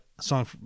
song